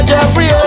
Jeffrey